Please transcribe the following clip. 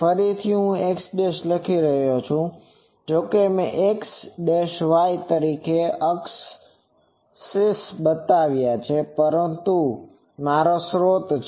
ફરીથી હું x' લખી રહ્યો છું જોકે મેં x y તરીકે અક્ષ બતાવ્યા છે પરંતુ આ મારો સ્રોત છે